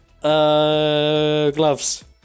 gloves